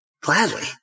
Gladly